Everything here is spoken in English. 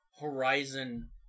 horizon